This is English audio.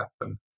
happen